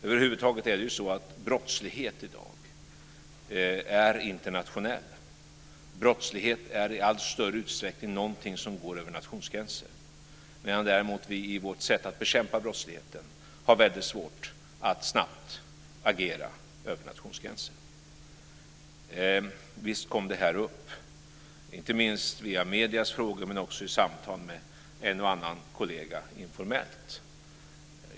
Över huvud taget är brottslighet i dag internationell. Den är i allt större utsträckning någonting som går över nationsgränser, medan vi i vårt sätt att bekämpa brottsligheten däremot har väldigt svårt att snabbt agera över nationsgränser. Visst kom det här upp, inte minst via mediernas frågor men också i samtal med en och annan kollega informellt.